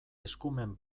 eskumen